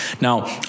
Now